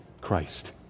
Christ